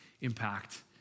impact